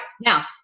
Now